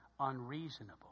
unreasonable